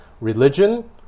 religion